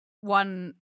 one